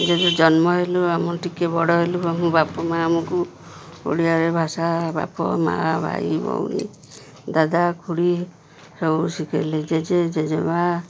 ଯେବେ ଜନ୍ମ ହେଲୁ ଆମେ ଟିକେ ବଡ଼ ହେଲୁ ଆମ ବାପା ମା' ଆମକୁ ଓଡ଼ିଆରେ ଭାଷା ବାପା ମାଆ ଭାଇ ଭଉଣୀ ଦାଦା ଖୁଡ଼ୀ ସବୁ ଶିଖାଇଲେ ଜେଜେ ଜେଜେମାଆ